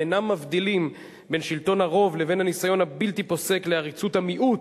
ואינם מבדילים בין שלטון הרוב לבין הניסיון הבלתי-פוסק לעריצות המיעוט,